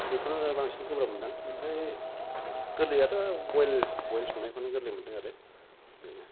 बेखौनो बांसिन गोब्राब मोनदां ओमफ्राय गोरलैआथ' बयल संनायखौनो गोरलै मोनदों आरो बेनो